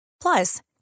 Plus